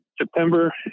September